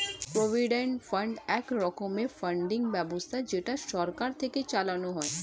provident fund এক রকমের funding ব্যবস্থা যেটা সরকার থেকে চালানো হয়